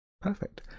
perfect